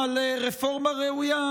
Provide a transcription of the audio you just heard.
והסיבה המרכזית,